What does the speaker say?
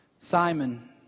Simon